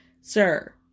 sir